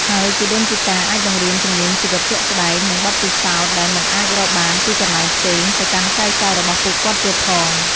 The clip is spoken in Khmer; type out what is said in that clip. ហើយជីដូនជីតាអាចបង្រៀនជំនាញជីវិតជាក់ស្តែង និងបទពិសោធន៍ដែលមិនអាចរកបានពីកន្លែងផ្សេងទៅកាន់ចៅៗរបស់ពួកគាត់ទៀងផង។